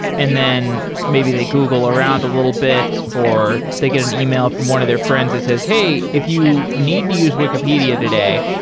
and then maybe they google around a little bit, or they get an e-mail from one of their friends that says, hey, if you need to use wikipedia today,